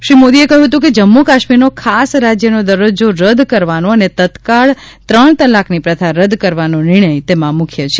શ્રી મોદીએ કહયું હતું જમ્મુ કાશ્મીરનો ખાસ રાજયનો દરજજો રદ કરવાનો અને તત્કાળ ત્રણ તલાકની પ્રથા રદ કરવાનો નિર્ણય તેમાં મુખ્ય છે